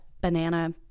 banana